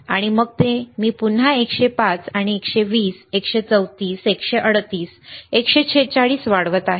आणि मग मी ते पुन्हा 105 आणि 120 134 138 146 वाढवत आहे